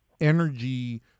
energy